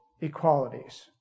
equalities